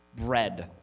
bread